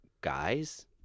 guys